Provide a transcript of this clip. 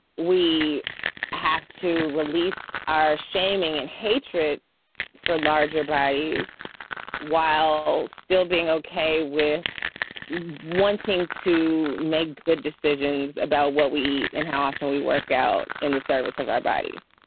we have to release our shaming and hatred for larger bodies while still being ok with wanting to make good decisions about what we eat and how often we work out in the service of our bodies.